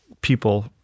people